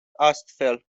astfel